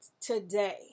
today